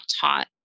taught